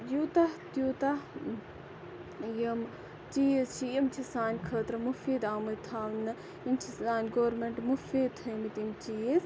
یوٗتاہ تیٚوٗتاہ یِم چیٖز چھِ یِم چھِ سانہِ خٲطرٕ مُفیٖد آمٕتۍ تھاونہٕ یِم چھِ سانہِ گورمنٹُک مُفیٖد تھٲیمٕتۍ یِم چیٖز